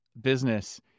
business